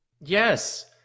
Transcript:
yes